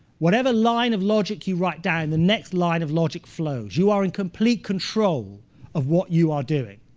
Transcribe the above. whatever line of logic you write down, the next line of logic flows. you are in complete control of what you are doing.